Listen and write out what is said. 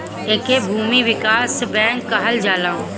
एके भूमि विकास बैंक कहल जाला